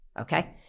Okay